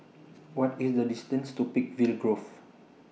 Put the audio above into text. What IS The distance to Peakville Grove